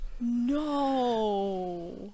No